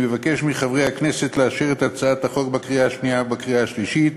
אני מבקש מחברי הכנסת לאשר את הצעת החוק בקריאה שנייה ובקריאה שלישית,